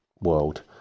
world